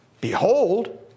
Behold